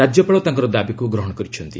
ରାଜ୍ୟପାଳ ତାଙ୍କର ଦାବିକୁ ଗ୍ରହଣ କରିଛନ୍ତି